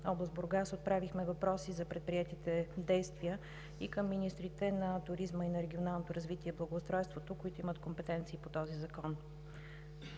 област Бургас отправихме въпроси за предприетите действия и към министрите на туризма и на регионалното развитие и благоустройството, които имат компетенции по този закон.